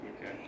Okay